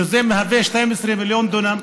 הוא מהווה 12 מיליון דונם,